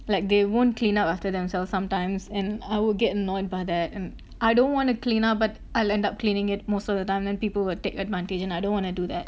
like they won't clean up after themselves sometimes and I will get annoyed by that and I don't want to clean up but I'll end up cleaning it most of the time then people will take advantage and I don't want to do that